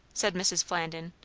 said mrs. flandin,